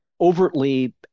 overtly